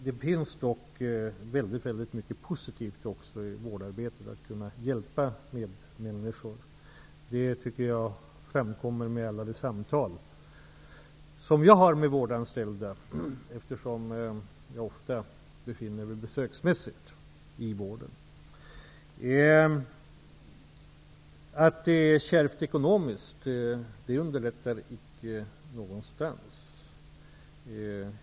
Det finns dock även väldigt mycket positivt i vårdarbetet, att kunna hjälpa medmänniskor. Det tycker jag framkommer vid alla de samtal som jag har med vårdanställda vid de många besök som jag gör i vården. Att det är kärvt ekonomiskt, underlättar inte någonstans.